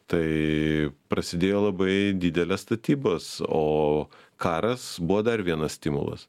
tai prasidėjo labai didelės statybos o karas buvo dar vienas stimulas